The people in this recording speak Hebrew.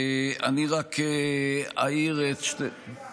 אני רק אעיר, אדוני השר, מחילה.